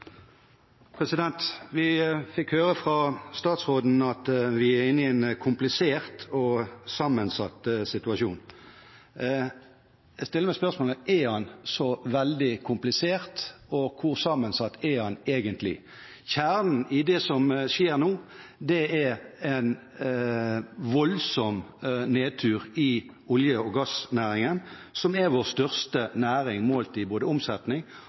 Vi fikk høre fra statsråden at vi er inne i en komplisert og sammensatt situasjon. Jeg stiller meg spørsmålet: Er den så veldig komplisert, og hvor sammensatt er den egentlig? Kjernen i det som skjer nå, er en voldsom nedtur i olje- og gassnæringen, vår største næring målt i både omsetning